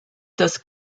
das